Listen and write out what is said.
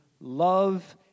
love